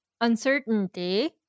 uncertainty